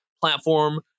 platform